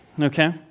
okay